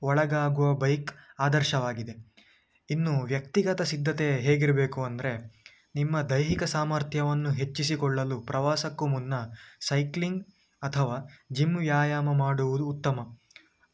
ಒಳಗಾಗುವ ಬೈಕ್ ಆದರ್ಶವಾಗಿದೆ ಇನ್ನು ವ್ಯಕ್ತಿಗತ ಸಿದ್ಧತೆ ಹೇಗಿರಬೇಕು ಅಂದರೆ ನಿಮ್ಮ ದೈಹಿಕ ಸಾಮರ್ಥತ್ಯವನ್ನು ಹೆಚ್ಚಿಸಿಕೊಳ್ಳಲು ಪ್ರವಾಸಕ್ಕು ಮುನ್ನ ಸೈಕ್ಲಿಂಗ್ ಅಥವಾ ಜಿಮ್ ವ್ಯಾಯಾಮ ಮಾಡುವುದು ಉತ್ತಮ